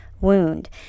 wound